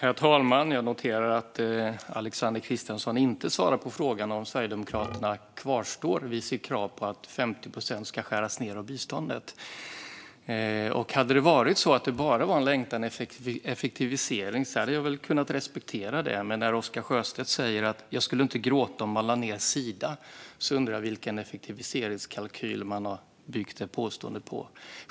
Herr talman! Jag noterar att Alexander Christiansson inte svarade på frågan om Sverigedemokraterna står fast vid sitt krav på att 50 procent av biståndet ska skäras ned. Om det bara hade handlat om en längtan efter effektivisering hade jag kunnat respektera det. Men när Oscar Sjöstedt säger att han inte skulle gråta om man lade ned Sida, undrar jag vilken effektiviseringskalkyl som detta påstående är byggt på.